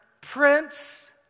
Prince